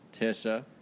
Tisha